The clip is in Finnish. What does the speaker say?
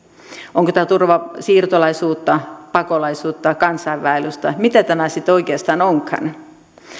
onko tämä siirtolaisuutta pakolaisuutta kansainvaellusta mitä tämä sitten oikeastaan onkaan